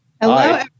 Hello